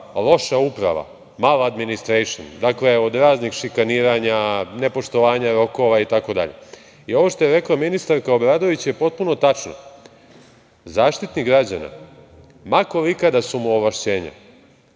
loša uprava, maladministration, dakle od raznih šikaniranja, nepoštovanja rokova itd. Ovo što je rekla ministarka Obradović je potpuno tačno. Zaštitnik građana, ma kolika da su mu ovlašćenja,